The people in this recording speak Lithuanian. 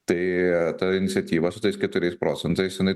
tai ta iniciatyva su tais keturiais procentais jinai